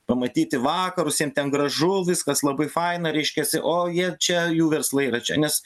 pamatyti vakarus jiem ten gražu viskas labai faina reiškiasi o jie čia jų verslai yra čia nes